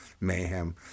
mayhem